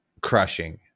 crushing